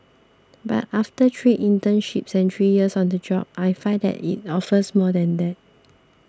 but after three internships and three years on the job I find that it offers more than that